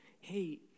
hey